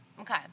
okay